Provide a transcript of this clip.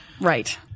Right